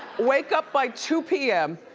wake up by two p m,